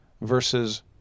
versus